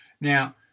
Now